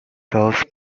serve